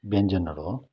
व्यञ्जनहरू हो